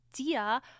idea